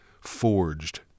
forged